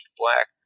black